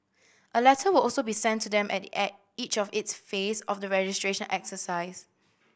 a letter will also be sent to them at the each of its phase of the registration exercise